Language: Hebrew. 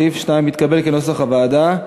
סעיף 2 התקבל כנוסח הוועדה.